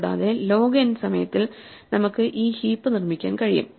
കൂടാതെ log n സമയത്തിൽ നമുക്ക് ഈ ഹീപ്പ് നിർമ്മിക്കാൻ കഴിയും